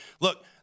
look